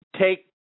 Take